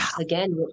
again